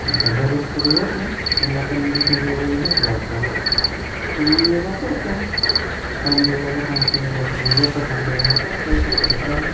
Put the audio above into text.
आता दरोज तर काही होत नाही पण एखाद्या दिवशी जर वेळ भेटला आपला तर मग योगा करतो रामदेव बाबा सांगते नाहीतर मग लोक सांगते तसा करतो दुसरं काय